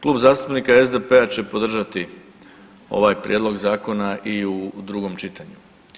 Klub zastupnika SDP-a će podržati ovaj prijedlog zakona i u drugom čitanju.